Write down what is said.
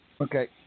Okay